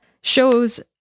shows